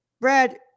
Brad